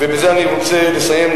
ובזה אני רוצה לסיים,